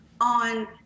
on